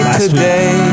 today